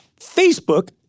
facebook